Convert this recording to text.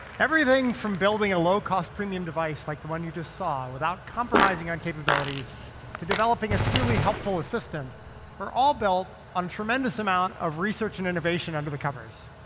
everything from building a low cost premium device like the one you just saw without compromising on capabilities to developing a truly helpful assistant were all built on a tremendous amount of research and innovation under the covers.